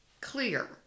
clear